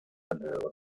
alrededor